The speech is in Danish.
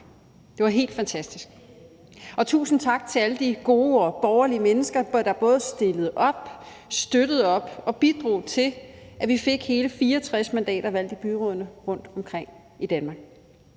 Det var helt fantastisk, og tusind tak til alle de gode og borgerlige mennesker, der både stillede op, støttede op og bidrog til, at vi fik hele 64 mandater valgt i byrådene rundtomkring i Danmark.